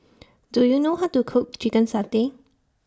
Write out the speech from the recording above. Do YOU know How to Cook Chicken Satay